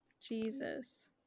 Jesus